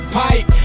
pipe